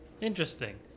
Interesting